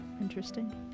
interesting